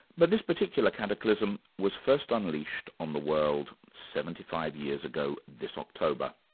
but this particular cataclysm was first unleashed on the world seventy five years ago this october.